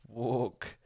Walk